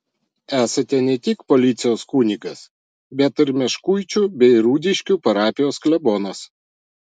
esate ne tik policijos kunigas bet ir meškuičių bei rudiškių parapijos klebonas